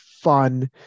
fun